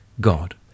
God